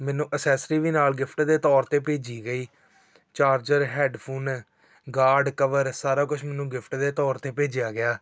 ਮੈਨੂੰ ਅਸੈਸਰੀ ਵੀ ਨਾਲ ਗਿਫਟ ਦੇ ਤੌਰ 'ਤੇ ਭੇਜੀ ਗਈ ਚਾਰਜਰ ਹੈਡਫੋਨ ਗਾਰਡ ਕਵਰ ਸਾਰਾ ਕੁਛ ਮੈਨੂੰ ਗਿਫਟ ਦੇ ਤੌਰ 'ਤੇ ਭੇਜਿਆ ਗਿਆ